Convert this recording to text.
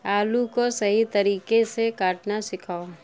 آلو کو صحیح طریقے سے کاٹنا سکھاؤ